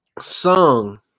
song